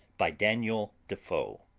by daniel defoe